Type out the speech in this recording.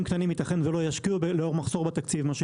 קטנים לא ישקיעו בגלל מחסור בתקציב.